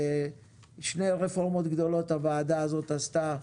שתי רפורמות גדולה הוועדה הזאת עשתה,